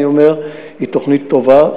היא תוכנית טובה,